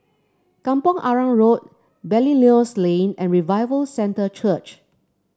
Kampong Arang Road Belilios Lane and Revival Centre Church